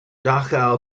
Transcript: dachau